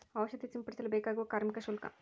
ಔಷಧಿ ಸಿಂಪಡಿಸಲು ಬೇಕಾಗುವ ಕಾರ್ಮಿಕ ಶುಲ್ಕ?